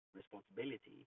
responsibility